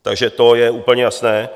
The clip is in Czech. Takže to je úplně jasné.